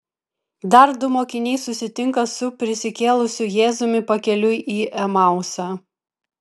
dar du mokiniai susitinka su prisikėlusiu jėzumi pakeliui į emausą